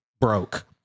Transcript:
broke